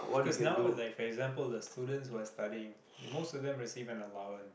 because now like for example the students were studying most of them receive an allowance